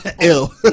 Ill